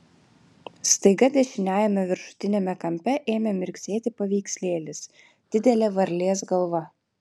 staiga dešiniajame viršutiniame kampe ėmė mirksėti paveikslėlis didelė varlės galva